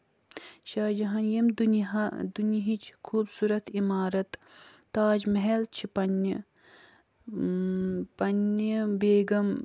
شاہ جہان ییٚمہِ دُنیاہہ دُنیِہٕچ خوٗبصوٗرت عِمارَت تاج محل چھِ پَنٕنہِ پَنٕنہِ بیگم